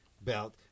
Belt